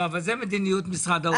לא, אבל זו מדיניות משרד האוצר.